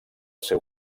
seu